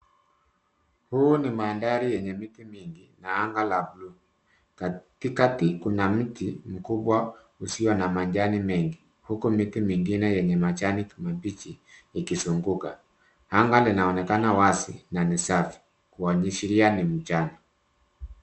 Huu ni mandhari yenye miti mingi na anga la blue . Katikati kuna mti mkubwa usio na majani mengi, huku miti mingine yenye majani mabichi ikizunguka. Anga linaonekana wazi na ni safi. Kuashiria ni mchana.